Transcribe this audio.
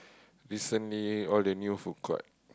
recently all the new food court